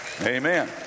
amen